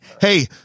Hey